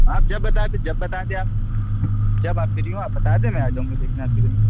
آپ جب بتا دیں جب بتا دیں آپ جب آپ فری ہوں آپ بتا دیں میں آ جاؤں گا دیکھنے آپ کی زمین